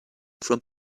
from